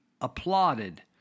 applauded